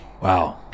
wow